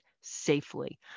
safely